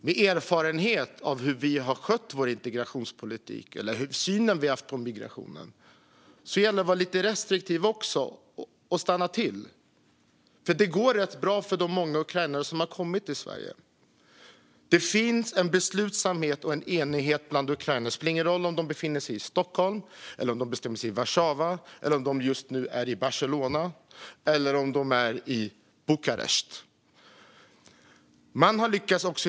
Med erfarenhet av hur vi har skött vår integrationspolitik och synen på migrationen gäller det att också vara lite restriktiv och stanna till. Det går rätt bra för de många ukrainare som har kommit till Sverige. Det finns en beslutsamhet och en enighet bland ukrainare. Det spelar ingen roll om de befinner sig i Stockholm eller Warszawa eller om de just nu är i Barcelona eller Bukarest.